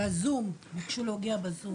הם ביקשו להגיע בזום.